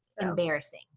embarrassing